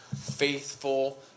faithful